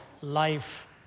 life